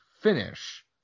finish